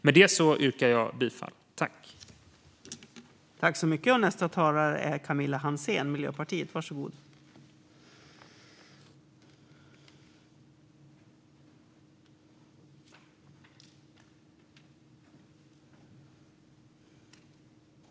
Med detta yrkar jag bifall till utskottets förslag.